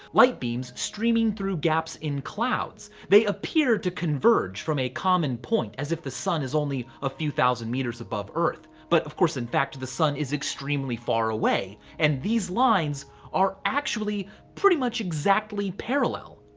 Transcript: light beams streaming through gaps in clouds. they appear to converge from a common point, as if the sun is only a few thousand meters above earth, but, of course, in fact, the sun is extremely far away and these lines are actually pretty much exactly parallel.